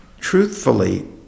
truthfully